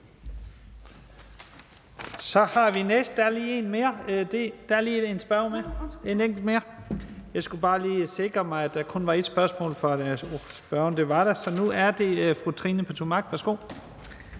Lahn Jensen): Der er lige en spørger mere. Jeg skulle bare lige sikre mig, at der kun var ét spørgsmål fra spørgeren, og det var der, så nu er det fru Trine Pertou Mach. Værsgo.